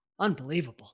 Unbelievable